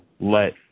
let